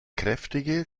kräftige